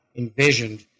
envisioned